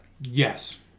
Yes